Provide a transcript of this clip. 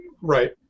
right